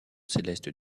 célestes